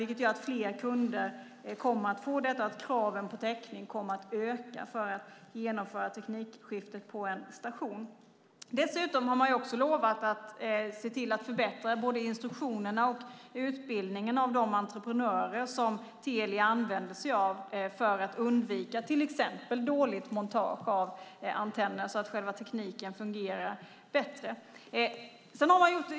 Det gör att fler kunder kommer att få detta och att kraven på täckning kommer att öka när det gäller att genomföra teknikskiftet på en station. Dessutom har man lovat att se till att förbättra både instruktionerna och den utbildning av de entreprenörer som Telia använder sig av - detta för att undvika till exempel dåligt montage av antenner så att själva tekniken fungerar bättre.